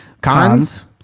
Cons